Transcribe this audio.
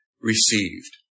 received